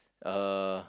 uh